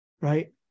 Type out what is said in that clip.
Right